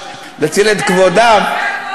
רק חזרת.